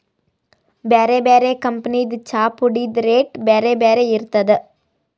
ಬ್ಯಾರೆ ಬ್ಯಾರೆ ಕಂಪನಿದ್ ಚಾಪುಡಿದ್ ರೇಟ್ ಬ್ಯಾರೆ ಬ್ಯಾರೆ ಇರ್ತದ್